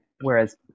whereas